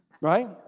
right